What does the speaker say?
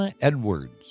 Edwards